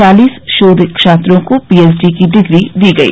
चालीस शोघ छात्रों को पीएचडी की डिग्री दी गई